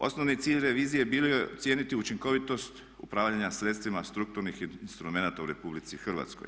Osnovni cilj revizije bio je ocijeniti učinkovitost upravljanja sredstvima strukturnih instrumenata u RH.